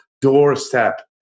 doorstep